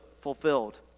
fulfilled